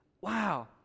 wow